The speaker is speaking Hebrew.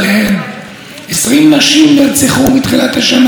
נדמה לי שהממשלה לא אכפת לה,